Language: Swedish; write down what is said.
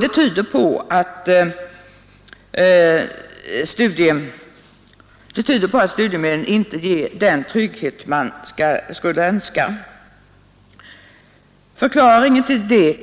Det tyder på att studiemedlen inte ger den trygghet man skulle önska. Förklaringen